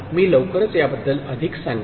मी लवकरच याबद्दल अधिक सांगेन